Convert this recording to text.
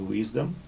Wisdom